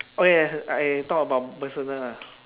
okay I talk about personal lah